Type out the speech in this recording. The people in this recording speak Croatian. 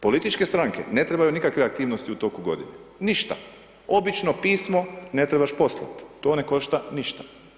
Političke stranke, ne trebaju nikakve aktivnosti u toku godine, ništa, obično pismo ne trebaš poslat, to ne košta ništa.